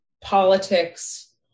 politics